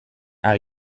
our